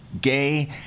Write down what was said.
Gay